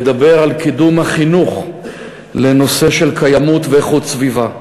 לדבר על קידום החינוך לנושא של קיימות ואיכות סביבה.